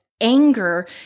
anger